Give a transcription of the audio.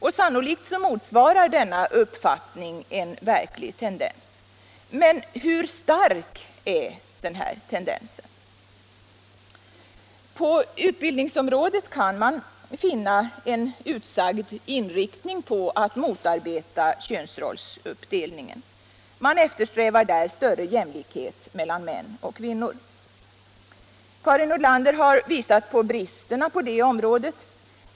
Och sannolikt motsvarar denna uppfattning en verklig tendens. Men hur stark är denna tendens? På utbildningsområdet kan man finna en utsagd inriktning på att mot arbeta könsrollsuppdelningen. Man eftersträvar där större jämlikhet mel — Nr 24 lan män och kvinnor. Karin Nordlander har visat på bristerna på det här området.